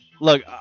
Look